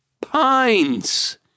pines